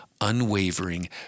unwavering